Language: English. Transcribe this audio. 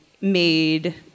made